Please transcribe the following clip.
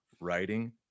writing